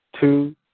two